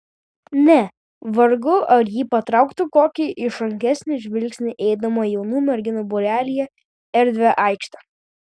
ne vargu ar ji patrauktų kokį išrankesnį žvilgsnį eidama jaunų merginų būrelyje erdvia aikšte